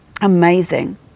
Amazing